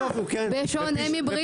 בשונה מברית המועצות.